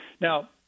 Now